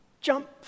jump